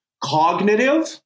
cognitive